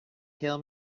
kill